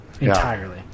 Entirely